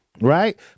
Right